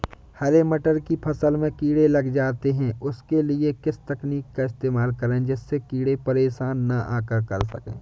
हरे मटर की फसल में कीड़े लग जाते हैं उसके लिए किस तकनीक का इस्तेमाल करें जिससे कीड़े परेशान ना कर सके?